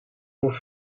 voor